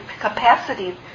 capacity